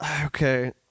okay